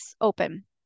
open